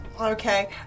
Okay